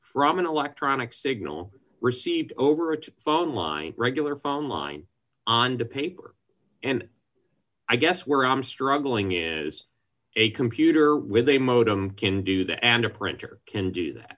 from an electronic signal received over a phone line regular phone line on the paper and i guess where i'm struggling is a computer with a modem can do that and a printer can do that